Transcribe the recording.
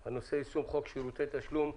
הנושא: יישום חוק שירותי תשלום,